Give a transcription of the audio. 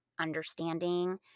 understanding